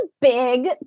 big